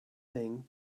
thing